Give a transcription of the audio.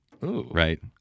right